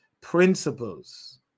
principles